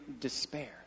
despair